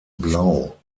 blau